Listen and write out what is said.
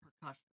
percussion